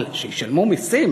אבל שישלמו מסים,